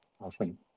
awesome